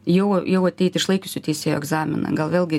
jau jau ateit išlaikiusių teisėjo egzaminą gal vėlgi